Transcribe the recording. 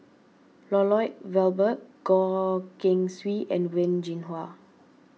Lloyd Valberg Goh Keng Swee and Wen Jinhua